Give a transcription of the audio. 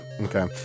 Okay